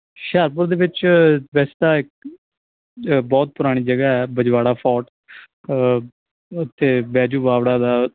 ਹੁਸ਼ਿਆਰਪੁਰ ਦੇ ਵਿੱਚ ਵੈਸੇ ਤਾਂ ਇੱਕ ਅ ਬਹੁਤ ਪੁਰਾਣੀ ਜਗ੍ਹਾ ਆ ਬਜਵਾੜਾ ਫੋਟ ਉੱਥੇ ਬੈਜੂ ਵਾਵੜਾ ਦਾ